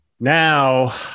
Now